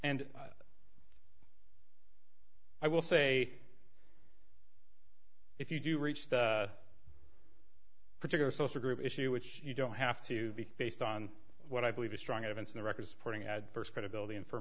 and i will say if you do reach the particular social group issue which you don't have to be based on what i believe is strong evidence in the record supporting adverse credibility and for